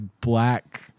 black